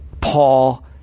Paul